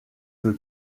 the